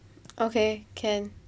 okay can